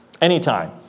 anytime